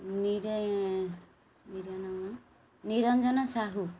Niranjan Sahu